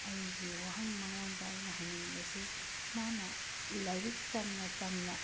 ꯑꯩꯒꯤ ꯋꯥꯍꯪ ꯃꯉꯣꯟꯗ ꯑꯩꯅ ꯍꯪꯅꯤꯡꯕꯁꯤ ꯃꯥꯅ ꯂꯥꯏꯔꯤꯛ ꯇꯝꯅ ꯇꯝꯅ